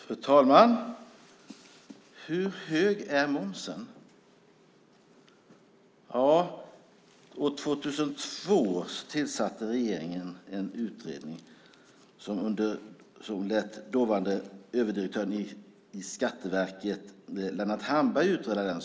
Fru talman! Hur hög är momsen? Ja, år 2002 tillsatte regeringen en utredning som lät den dåvarande överdirektören i Skatteverket Lennart Hamberg utreda saken.